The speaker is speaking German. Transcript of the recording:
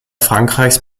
frankreichs